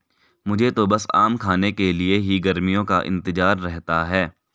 मुझे तो बस आम खाने के लिए ही गर्मियों का इंतजार रहता है